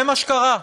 זה מה שקרה.